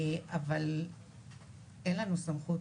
אבל אין לנו סמכות,